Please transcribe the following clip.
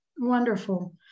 Wonderful